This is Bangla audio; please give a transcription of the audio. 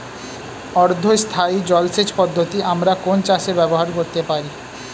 অর্ধ স্থায়ী জলসেচ পদ্ধতি আমরা কোন চাষে ব্যবহার করতে পারি?